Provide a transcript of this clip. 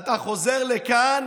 ואתה חוזר לכאן